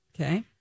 okay